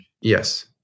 Yes